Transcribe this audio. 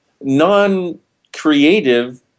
non-creative